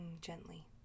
gently